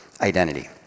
identity